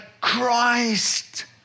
christ